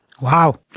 Wow